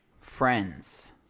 Friends